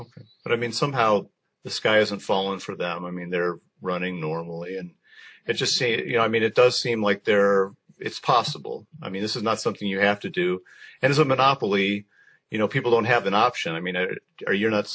e but i mean somehow the sky isn't falling through them i mean they're running normally and it's just saying you know i mean it does seem like they're it's possible i mean this is not something you have to do and it's a monopoly you know people don't have an option i mean you're not